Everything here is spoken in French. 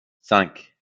cinq